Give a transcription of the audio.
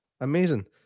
Amazing